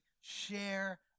share